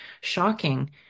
shocking